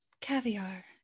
caviar